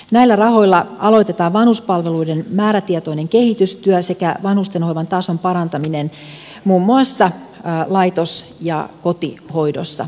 näillä rahoilla aloitetaan vanhuspalveluiden määrätietoinen kehitystyö sekä vanhustenhoivan tason parantaminen muun muassa laitos ja kotihoidossa